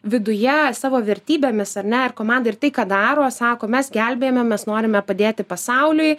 viduje savo vertybėmis ar ne ir komanda ir tai ką daro sako mes gelbėjame mes norime padėti pasauliui